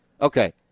Okay